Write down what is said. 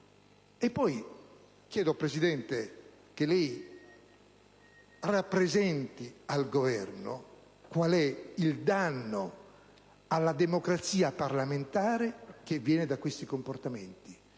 signor Presidente, che lei rappresenti al Governo qual è il danno alla democrazia parlamentare che viene da questi comportamenti.